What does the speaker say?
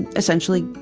essentially,